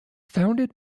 founded